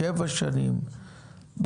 שבע שנים,